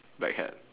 black hat